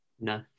No